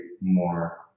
more